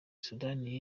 sudani